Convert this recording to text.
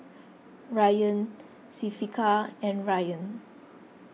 Ryan Syafiqah and Ryan